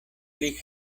pli